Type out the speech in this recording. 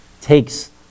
takes